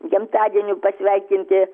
gimtadieniu pasveikinti